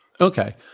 Okay